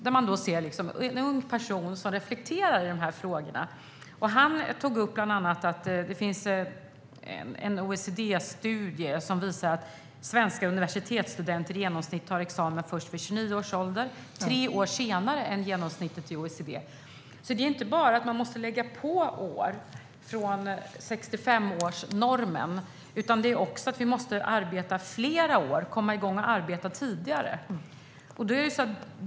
Det är alltså en ung person som reflekterar över dessa frågor. Han tog bland annat upp att det finns en OECD-studie som visar att svenska universitetsstudenter i genomsnitt tar examen först vid 29 års ålder, tre år senare än genomsnittet i OECD. Det handlar alltså inte bara om att man måste lägga på år efter 65, som är normen, utan det handlar också om att vi måste jobba fler år och komma igång och arbeta tidigare.